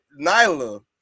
Nyla